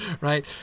right